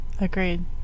agreed